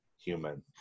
human